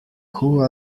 hua